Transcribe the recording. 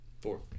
Four